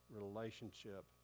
relationship